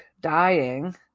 dying